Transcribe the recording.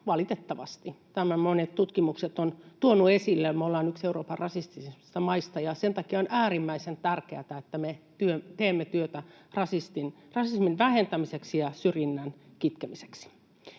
valitettavasti. Tämän monet tutkimukset ovat tuoneet esille, me olemme yksi Euroopan rasistisimmista maista, ja sen takia on äärimmäisen tärkeätä, että me teemme työtä rasismin vähentämiseksi ja syrjinnän kitkemiseksi.